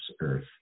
Earth